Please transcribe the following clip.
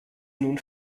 nun